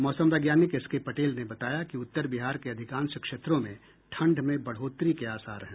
मौसम वैज्ञानिक एसके पटेल ने बताया कि उत्तर बिहार के अधिकांश क्षेत्रों में ठंड में बढ़ोतरी के आसार हैं